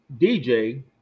dj